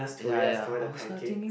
ya ya I was kinda thinking